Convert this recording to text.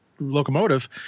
locomotive